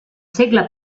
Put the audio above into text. segle